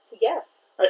yes